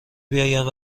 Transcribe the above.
بیایند